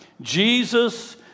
Jesus